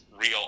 real